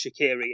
Shakiri